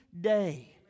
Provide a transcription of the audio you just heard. day